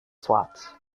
swaps